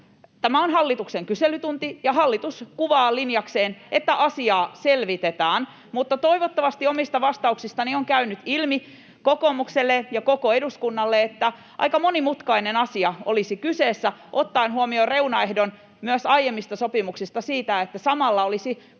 tämä on hallituksen kyselytunti, ja hallitus kuvaa linjakseen, että asiaa selvitetään, mutta toivottavasti omista vastauksistani on käynyt ilmi kokoomukselle ja koko eduskunnalle, että aika monimutkainen asia olisi kyseessä ottaen huomioon myös aiemmista sopimuksista sen reunaehdon, että samalla olisi